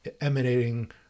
emanating